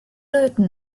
löten